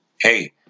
Hey